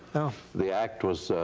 the act was,